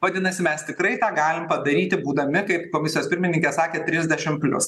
vadinasi mes tikrai tą galim padaryti būdami kaip komisijos pirmininkė sakė trisdešim plius